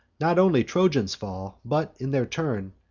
not only trojans fall but, in their turn,